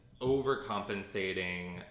overcompensating